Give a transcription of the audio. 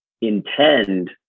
intend